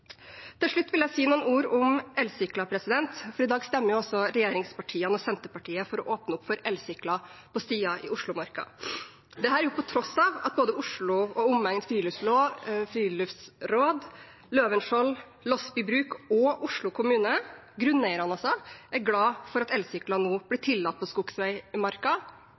Til slutt vil jeg si noen ord om elsykler, for i dag stemmer også regjeringspartiene og Senterpartiet for å åpne opp for elsykler på stier i Oslomarka, på tross av at både Oslo og Omland Friluftsråd, Løvenskiold, Losby Bruk og Oslo kommune – altså grunneierne – er glade for at elsykler nå blir tillatt på